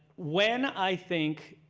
when i think